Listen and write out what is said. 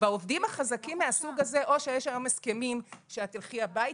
בעובדים החזקים מהסוג הזה או שיש היום הסכמים: את תלכי הביתה,